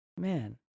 Man